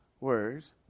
words